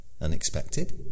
unexpected